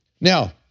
Now